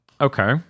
Okay